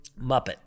Muppet